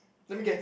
let me guess